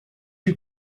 you